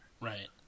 Right